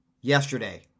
yesterday